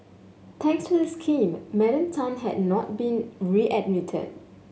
thanks to this scheme Madam Tan had not been readmitted